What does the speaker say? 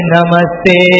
Namaste